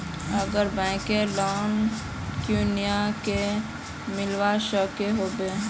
गैर banking loan कुनियाँ से मिलवा सकोहो होबे?